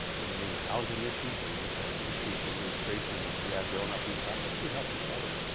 when you needed housing issues, or you had an issue with the administration on your gi bill not being processed, we helped each other.